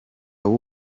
w’u